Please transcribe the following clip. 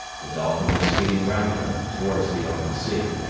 the dolphin was speeding rapidly towards the open sea.